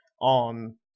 on